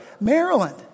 Maryland